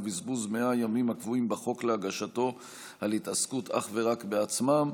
ובזבוז 100 הימים הקבועים בחוק להגשתו על התעסקות אך ורק בעצמם.